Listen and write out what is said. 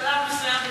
משלב מסוים היא,